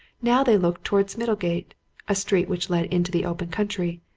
now they looked towards middlegate a street which led into the open country,